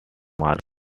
market